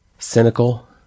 cynical